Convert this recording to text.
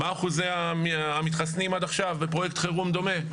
מה אחוזי המתחסנים עד עכשיו בפרויקט חירום דומה?